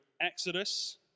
Exodus